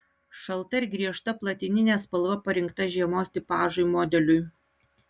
šalta ir griežta platininė spalva parinkta žiemos tipažui modeliui